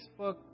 Facebook